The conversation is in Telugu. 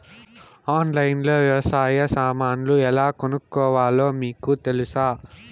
ఆన్లైన్లో లో వ్యవసాయ సామాన్లు ఎలా కొనుక్కోవాలో మీకు తెలుసా?